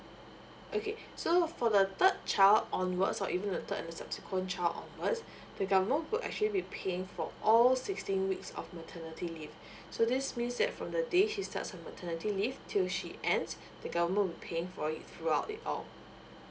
okay so for the third child onwards or even a third and subsequent child onwards the government would actually be paying for all sixteen weeks of maternity leave so this means that from the day she starts her maternity leave till she ends the government will paying for it throughout it all